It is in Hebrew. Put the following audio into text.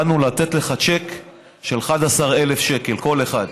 באנו לתת לך צ'ק של 11,000 שקלים כל אחד.